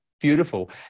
Beautiful